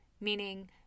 Meaning